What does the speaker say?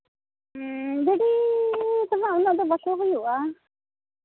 ᱵᱷᱤᱰᱤ ᱫᱚ ᱦᱟᱸᱜ ᱩᱱᱟᱹᱜ ᱫᱚ ᱵᱟᱠᱚ ᱦᱩᱭᱩᱜᱼᱟ